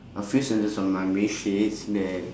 a few sentence of my message that